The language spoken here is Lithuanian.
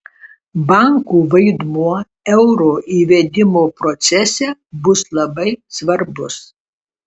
bankų vaidmuo euro įvedimo procese bus labai svarbus